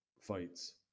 fights